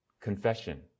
confession